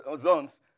zones